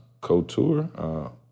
Couture